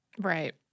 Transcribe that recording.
Right